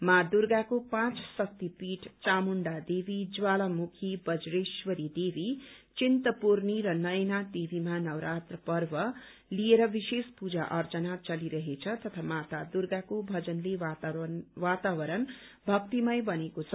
माँ दुर्गाको पाँच शक्ति पीठ चामुण्डा देवी ज्वालामुखी बजेश्वरी देवी चिन्तपूर्णी र नयना देवीमा नवरात्र पर्व लिएर विशेष पूजा अर्चना चलिरहेछ तथा माता दुर्गाको भजनले वातावरण भक्तिमय बनेको छ